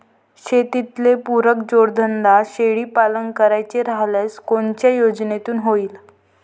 शेतीले पुरक जोडधंदा शेळीपालन करायचा राह्यल्यास कोनच्या योजनेतून होईन?